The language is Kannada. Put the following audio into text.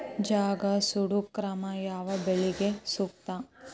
ಜಗಾ ಸುಡು ಕ್ರಮ ಯಾವ ಬೆಳಿಗೆ ಸೂಕ್ತ?